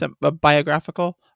biographical